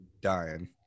Dying